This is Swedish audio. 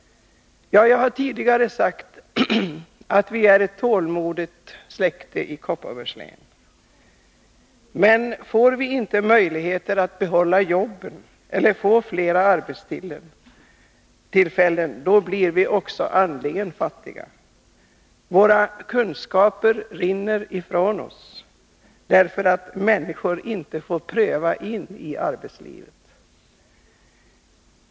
Jag har tidigare sagt att vi är ett tålmodigt släkte i Kopparbergs län, men får vi inte möjligheter att behålla jobben eller få flera arbetstillfällen, då blir vi också andligen fattiga. Våra kunskaper rinner ifrån oss, därför att människor inte får pröva in i arbetslivet.